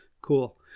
Cool